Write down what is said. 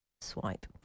swipe